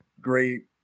great